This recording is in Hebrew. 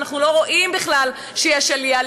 ואנחנו לא רואים בכלל שיש עלייה.